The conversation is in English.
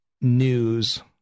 news